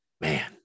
Man